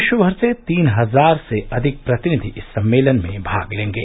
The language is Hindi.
विश्वभर से तीन हजार से अधिक प्रतिनिधि इस सम्मेलन में भाग लेंगे